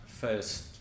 first